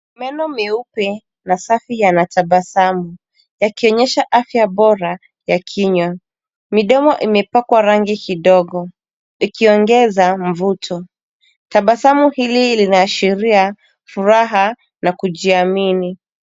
Meno meupe na safi yanatabasamu. Yakionyesha afya bora ya kinywa. Midomo imepakwa rangi kidogo. Ikiongeza mvuto. Tabasamu hili linaashiria furaha na kujiamini.